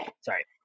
Sorry